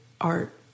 art